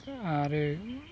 आरो